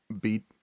beat